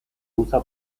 usa